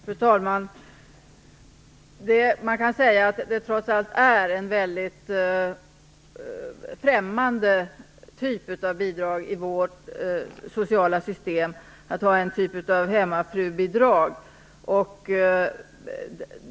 Fru talman! Man kan säga att det trots allt är en väldigt främmande typ av bidrag i vårt sociala system att ha ett hemmafrubidrag.